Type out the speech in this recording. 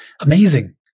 amazing